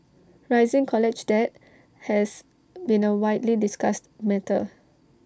rising college debt has been A widely discussed matter